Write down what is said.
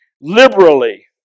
liberally